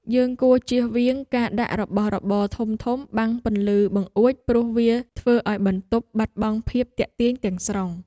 យើងគួរចៀសវាងការដាក់របស់របរធំៗបាំងពន្លឺបង្អួចព្រោះវាធ្វើឱ្យបន្ទប់បាត់បង់ភាពទាក់ទាញទាំងស្រុង។